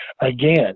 again